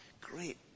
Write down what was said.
great